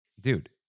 dude